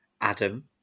Adam